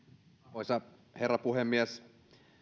arvoisa herra puhemies